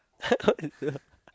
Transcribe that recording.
what is the